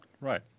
right